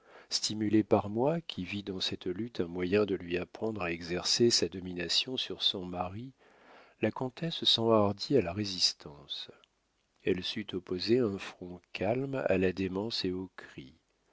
stimulée par moi qui vis dans cette lutte un moyen de lui apprendre à exercer sa domination sur son mari la comtesse s'enhardit à la résistance elle sut opposer un front calme à la démence et aux cris